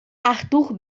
arthur